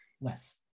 less